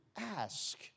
ask